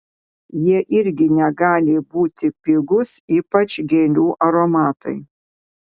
jie irgi negali būti pigūs ypač gėlių aromatai